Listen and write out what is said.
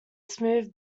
smooth